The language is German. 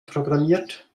programmiert